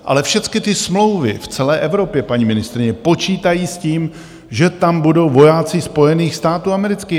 Ale všecky ty smlouvy v celé Evropě, paní ministryně, počítají s tím, že tam budou vojáci Spojených států amerických.